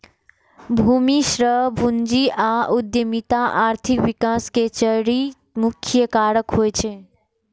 भूमि, श्रम, पूंजी आ उद्यमिता आर्थिक विकास के चारि मुख्य कारक होइ छै